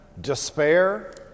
Despair